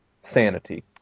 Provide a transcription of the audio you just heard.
sanity